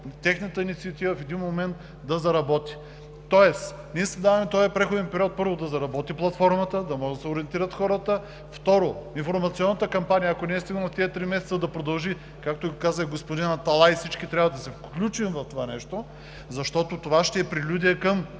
тяхната инициатива в един момент да заработи. Ние даваме този преходен период, първо, да заработи платформата, да могат да се ориентират хората; второ, информационната кампания, ако не е стигнала в тези три месеца, да продължи. Както каза господин Аталай – всички трябва да се включим в това нещо, защото това ще е прелюдия към